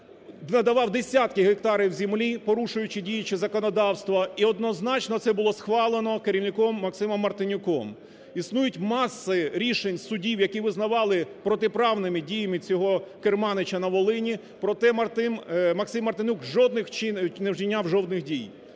надавав десятки гектарів землі, порушуючи діюче законодавство, і однозначно це було схвалено керівником Максимом Мартинюком. Існує маса рішень судів, які визнавали протиправними дії цього керманича на Волині, проте Максим Мартинюк не вчиняв жодних дій.